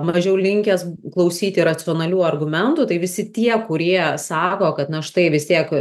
mažiau linkęs klausyti racionalių argumentų tai visi tie kurie sako kad na štai vis tiek